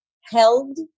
held